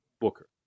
booker